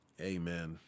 Amen